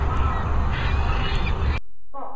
অ কোৱাচোন কওক